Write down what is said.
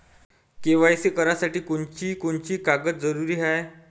KYC करासाठी कोनची कोनची कागद जरुरी हाय?